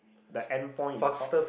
the end point is called